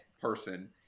person